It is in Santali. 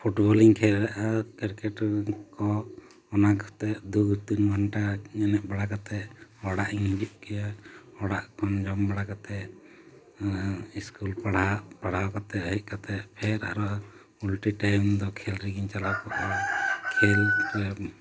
ᱯᱷᱩᱴᱵᱚᱞᱤᱧ ᱠᱷᱮᱞᱮᱜᱼᱟ ᱠᱨᱤᱠᱮᱴ ᱠᱚ ᱚᱱᱟ ᱠᱟᱛᱮᱫ ᱫᱩ ᱛᱤᱱ ᱜᱷᱚᱱᱴᱟ ᱮᱱᱮᱡ ᱵᱟᱲᱟ ᱠᱟᱛᱮᱫ ᱚᱲᱟᱜ ᱤᱧ ᱦᱤᱡᱩᱜ ᱜᱮᱭᱟ ᱚᱲᱟᱜ ᱠᱷᱚᱱ ᱡᱚᱢ ᱵᱟᱲᱟ ᱠᱟᱛᱮᱫ ᱤᱥᱠᱩᱞ ᱯᱟᱲᱦᱟᱜ ᱯᱟᱲᱦᱟᱣ ᱠᱟᱛᱮᱫ ᱦᱮᱡ ᱠᱟᱛᱮᱫ ᱯᱷᱮᱨ ᱟᱨᱚ ᱩᱞᱴᱤ ᱴᱟᱭᱤᱢ ᱫᱚ ᱠᱷᱮᱞ ᱨᱮᱜᱮᱧ ᱪᱟᱞᱟᱣ ᱠᱚᱜᱼᱟ ᱠᱷᱮᱞ ᱨᱮ